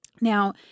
Now